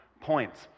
points